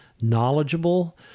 knowledgeable